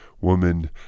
woman